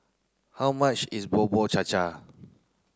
how much is Bubur Cha Cha